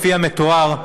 לפי המתואר,